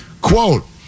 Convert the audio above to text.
Quote